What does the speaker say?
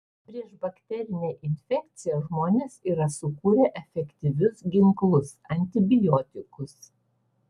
prieš bakterinę infekciją žmonės yra sukūrę efektyvius ginklus antibiotikus